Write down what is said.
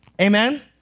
amen